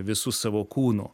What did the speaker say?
visu savo kūnu